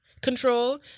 control